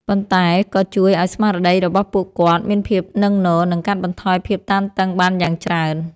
ប៉ុន្តែវាក៏ជួយឱ្យស្មារតីរបស់ពួកគាត់មានភាពនឹងនរ និងកាត់បន្ថយភាពតានតឹងបានយ៉ាងច្រើន។